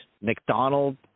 McDonald